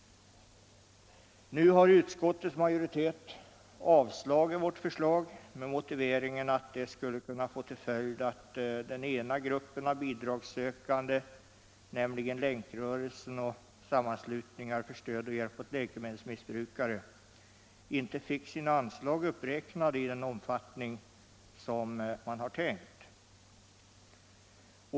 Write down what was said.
Nu har utskottets majoritet avstyrkt vårt förslag med motiveringen att det skulle kunna få till följd att den ena gruppen av bidragssökande, nämligen Länkrörelsen och sammanslutningar för stöd och hjälp åt läkemedelsmissbrukare, inte fick sina anslag uppräknade i den omfattning som man har tänkt.